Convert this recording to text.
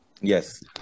yes